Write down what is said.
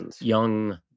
young